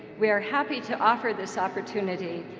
we are happy to offer this opportunity,